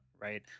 right